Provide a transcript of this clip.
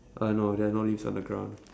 uh no there are no leaves on the ground